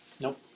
Nope